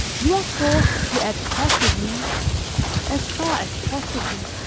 you are forced to add tacitly as far as possible